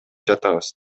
жатабыз